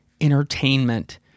entertainment